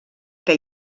que